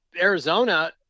arizona